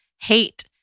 hate